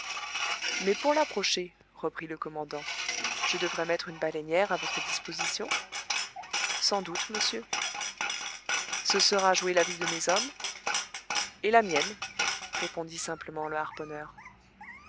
mais pour l'approcher reprit le commandant je devrai mettre une baleinière à votre disposition sans doute monsieur ce sera jouer la vie de mes hommes et la mienne répondit simplement le